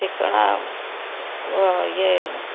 ଠିକଣା ଆଉ ଇଏ